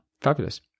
Fabulous